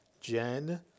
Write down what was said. Jen